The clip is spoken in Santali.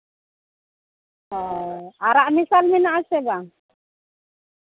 ᱚᱻ ᱟᱨᱟᱜ ᱢᱮᱥᱟᱞ ᱢᱮᱱᱟᱜᱼᱟ ᱥᱮ ᱵᱟᱝ